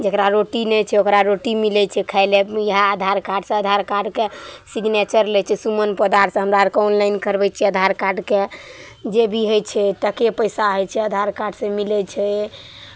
जकरा रोटी नहि छै ओकरा रोटी मिलै छै खाय लेल इएह आधार कार्डसँ आधार कार्डके सिग्नेचर लै छै सुमन पोद्दारसँ हमरा आर ऑनलाइन करबै छियै आधार कार्डके जे भी होइ छै टके पैसा होइ छै आधार कार्डसँ मिलै छै